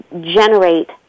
generate